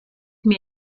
mir